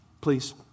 please